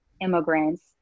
immigrants